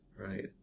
right